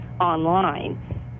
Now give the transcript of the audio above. online